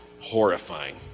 horrifying